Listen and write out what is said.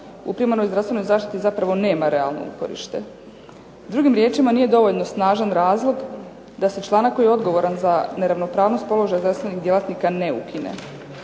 u primarnoj zdravstvenoj zaštiti zapravo nema realno uporište. Drugim riječima nije dovoljno snažan razlog da se članak koji je odgovoran za neravnopravnost položaja zdravstvenih djelatnika ne ukine.